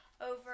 over